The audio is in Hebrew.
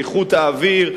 איכות האוויר,